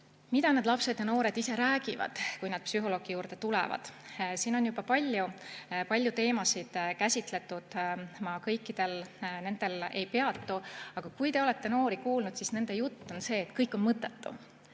Mida need lapsed ja noored ise räägivad, kui nad psühholoogi juurde tulevad? Siin on juba paljusid teemasid käsitletud. Ma kõikidel nendel ei peatu. Aga kui te olete noori kuulnud, siis nende jutt on see, et kõik on mõttetu.